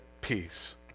peace